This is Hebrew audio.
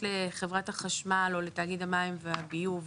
לחברת החשמל או לתאגיד המים והביוב,